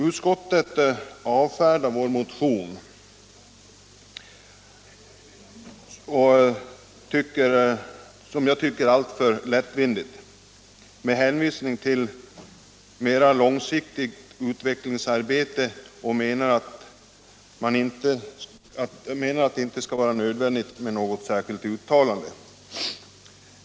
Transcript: Utskottet avfärdar vår motion alltför lättvindigt, tycker jag, med hänvisning till mera långsiktigt utvecklingsarbete. Utskottet menar att det inte skall vara nödvändigt med något särskilt uttalande.